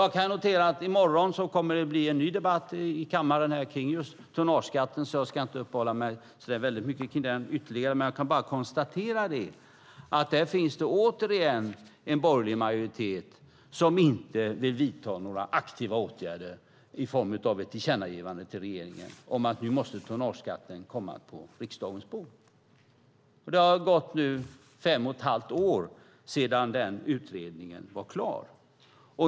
Jag kan notera att det i morgon kommer att föras en ny debatt i kammaren om just tonnageskatten, därför ska jag inte uppehålla mig så väldigt mycket ytterligare vid den. Jag kan bara konstatera att det återigen finns en borgerlig majoritet som inte vill vidta några aktiva åtgärder i form av ett tillkännagivande till regeringen om att tonnageskatten nu måste komma på riksdagens bord. Det har gått fem och ett halvt år sedan den utredningen var klar.